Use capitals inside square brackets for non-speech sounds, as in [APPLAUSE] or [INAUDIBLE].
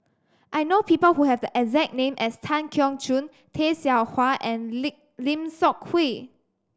I know people who have the exact name as Tan Keong Choon Tay Seow Huah and [UNINTELLIGIBLE] Lim Seok Hui